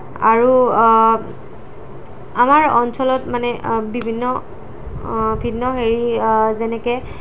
আৰু আমাৰ অঞ্চলত মানে বিভিন্ন বিভিন্ন হেৰি যেনেকৈ